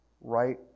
right